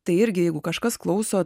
tai irgi jeigu kažkas klauso